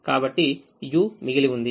కాబట్టి u మిగిలి ఉంది